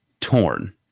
torn